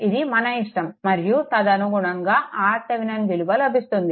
ఇది మన ఇష్టం మరియు తదనుగుణంగా RThevenin విలువ లభిస్తుంది